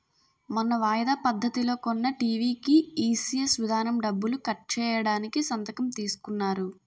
మొన్న వాయిదా పద్ధతిలో కొన్న టీ.వి కీ ఈ.సి.ఎస్ విధానం డబ్బులు కట్ చేయడానికి సంతకం తీసుకున్నారు